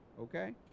okay